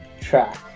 track